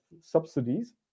subsidies